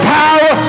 power